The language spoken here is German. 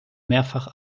mehrfach